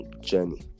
journey